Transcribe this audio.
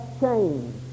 change